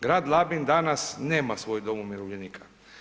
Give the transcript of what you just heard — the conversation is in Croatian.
Grad Labin danas nema svoj dom umirovljenika.